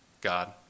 God